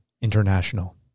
International